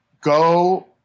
go